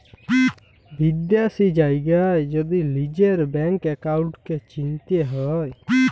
বিদ্যাশি জায়গার যদি লিজের ব্যাংক একাউল্টকে চিলতে হ্যয়